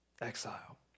Exile